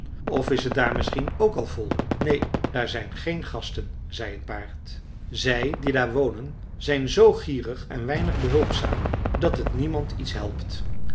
of is het daar misschien ook al vol neen daar zijn geen gasten zei het paard zij die daar wonen zijn zoo gierig en weinig behulpzaam dat het niemand iets helpt